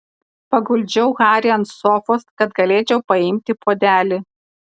paguldžiau harį ant sofos kad galėčiau paimti puodelį